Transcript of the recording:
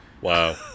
Wow